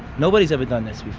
nobody's ever done this